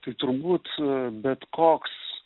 tai turbūt bet koks